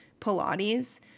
Pilates